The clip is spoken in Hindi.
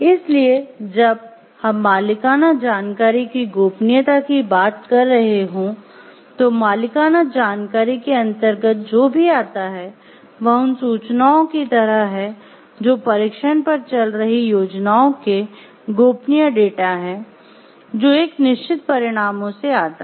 इसलिए जब हम मालिकाना जानकारी की गोपनीयता की बात कर रहे हों तो मालिकाना जानकारी के अंतर्गत जो भी आता है वह उन सूचनाओं की तरह है जो परीक्षण पर चल रही परियोजना के गोपनीय डेटा है जो एक निश्चित परिणामों से आता है